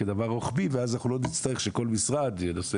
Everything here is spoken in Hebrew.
כדבר רוחבי ואז אנחנו לא נצטרך שכל משרד ינסה